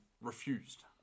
refused